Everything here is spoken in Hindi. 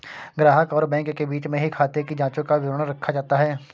ग्राहक और बैंक के बीच में ही खाते की जांचों का विवरण रखा जाता है